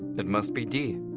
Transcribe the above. it must be d.